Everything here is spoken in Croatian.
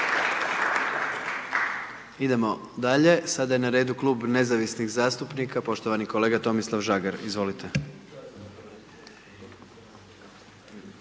Idemo dalje, sada je na redu Klub Nezavisnih zastupnika poštovani kolega Tomislav Žagar, izvolite.